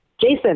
Jason